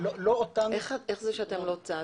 לא אותנו --- איך זה שאתם לא צד?